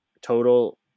total